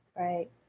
Right